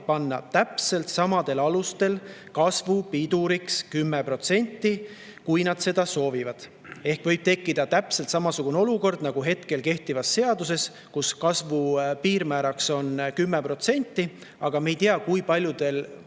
panna täpselt samadel alustel kasvupiiriks 10%, kui nad seda soovivad. Ehk võib tekkida täpselt samasugune olukord, nagu on hetkel kehtivas seaduses, kus kasvu piirmääraks on 10%. Samas me ei tea, kui paljudel